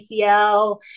ACL